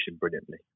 brilliantly